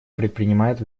предпринимает